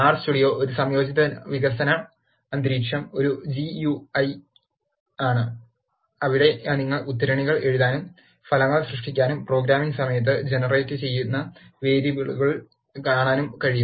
R studio ഒരു സംയോജിത വികസന അന്തരീക്ഷം ഒരു ജിയുഐ ആണ് അവിടെ നിങ്ങൾക്ക് ഉദ്ധരണികൾ എഴുതാനും ഫലങ്ങൾ കാണാനും പ്രോഗ്രാമിംഗ് സമയത്ത് ജനറേറ്റുചെയ്യുന്ന വേരിയബിളുകൾ കാണാനും കഴിയും